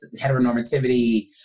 heteronormativity